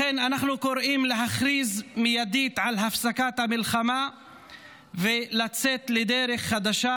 לכן אנחנו קוראים להכריז מיידית על הפסקת המלחמה ולצאת לדרך חדשה,